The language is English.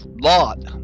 lot